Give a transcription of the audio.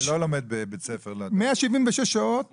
לא, אני לא לומד בבית ספר --- 176 שעות.